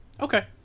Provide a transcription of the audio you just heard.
Okay